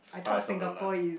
spice of your life